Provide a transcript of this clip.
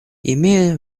имея